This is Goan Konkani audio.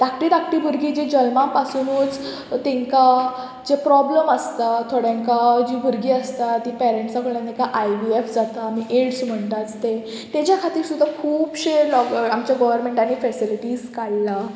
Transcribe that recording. धाकटीं धाकटीं भुरगीं जीं जल्मा पासुनूच तेंकां जें प्रोब्लम आसता थोड्यांकां जीं भुरगीं आसता तीं पेरेंट्सा कडल्यान तांकां आय वी एफ जाता आमी एड्स म्हणटात तें ताज्या खातीर सुद्दां खुबशें आमच्या गोवोरमेंटांनी फेसिलिटीज काडलां